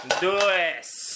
dos